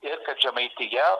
ir kad žemaitija